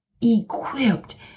equipped